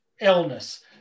illness